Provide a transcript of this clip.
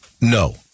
no